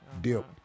Dip